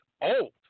old